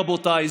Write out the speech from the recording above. רבותיי,